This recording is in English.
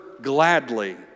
gladly